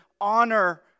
honor